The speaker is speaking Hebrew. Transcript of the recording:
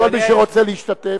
אפשר להתחיל?